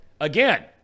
again